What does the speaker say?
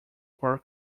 were